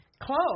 Close